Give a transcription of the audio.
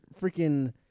freaking